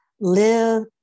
Live